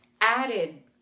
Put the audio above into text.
added